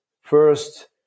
first